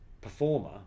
performer